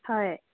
হয়